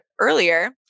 earlier